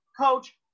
Coach